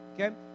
okay